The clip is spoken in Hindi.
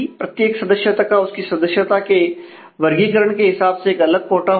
प्रत्येक सदस्य का उसकी सदस्यता के वर्गीकरण के हिसाब से एक अलग कोटा होगा